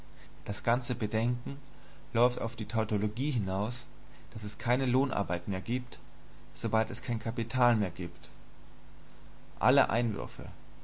das ganze bedenken läuft auf die tautologie hinaus daß es keine lohnarbeit mehr gibt sobald es kein kapital mehr gibt alle einwürfe